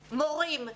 מורים,